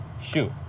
shoot